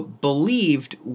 believed